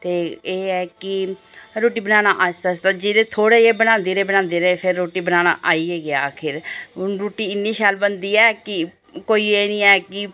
ते एह् ऐ कि रुट्टी बनाना आस्तै आस्तै जेल्ले थोह्ड़े जेह् बनांदे रेह् बनांदे रेह् रुट्टी बनाना आई गै गेआ आखिर हून रुट्टी इन्नी शैल बनदी ऐ कि कोई एह् निं ऐ कि